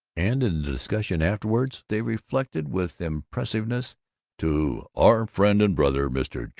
and in the discussion afterward they referred with impressiveness to our friend and brother, mr.